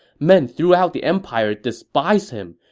men throughout the empire despise him,